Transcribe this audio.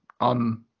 on